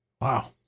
Wow